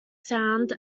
sound